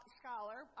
scholar